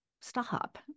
stop